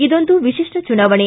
ಇದೊಂದು ವಿಶಿಷ್ಟ ಚುನಾವಣೆ